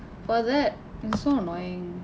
for that it's so annoying